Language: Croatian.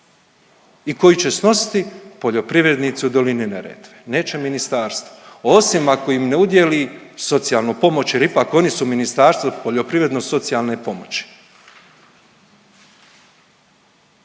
i koju će snositi poljoprivrednici u dolini Neretve, neće ministarstvo osim ako im ne udijeli socijalnu pomoć jer ipak, oni su ministarstvo poljoprivredno-socijalne pomoći.